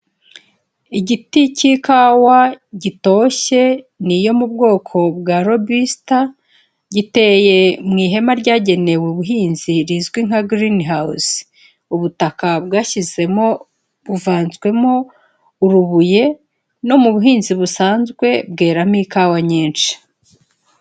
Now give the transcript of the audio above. Igiti cy'ikawa gitoshye ni iyo mu bwoko bwa robiste giteye mu ihema ryagenewe ubuhinzi rizwi nka green house, ubutaka bwashyizemo buvanzwemo urubuye no mu buhinzi busanzwe bweramo ikawa nyinshi.